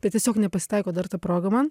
bet tiesiog nepasitaiko dar ta proga man